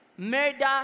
murder